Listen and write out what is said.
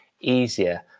easier